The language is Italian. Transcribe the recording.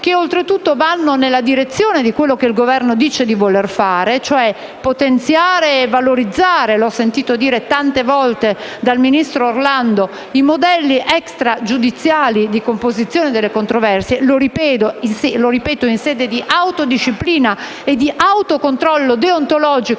che oltretutto vanno nella direzione di quanto il Governo dice di voler fare, cioè potenziare e valorizzare - l'ho sentito dire tante volte dal ministro Orlando - modelli extragiudiziali di composizione delle controversie, in sede di autodisciplina e di autocontrollo deontologico